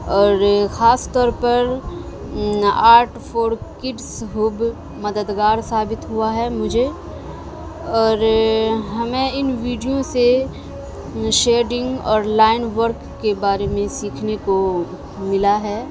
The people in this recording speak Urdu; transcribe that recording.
اور خاص طور پر آرٹ فار کڈس ہوب مددگار ثابت ہوا ہے مجھے اور ہمیں ان ویڈیو سے شیڈنگ اور لائن ورک کے بارے میں سیکھنے کو ملا ہے